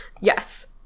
Yes